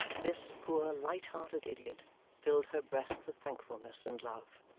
this poor light-hearted idiot filled her breast with thankfulness and love.